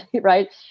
Right